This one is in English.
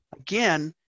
Again